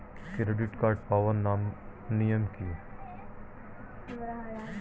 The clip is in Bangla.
ক্রেডিট কার্ড পাওয়ার নিয়ম কী?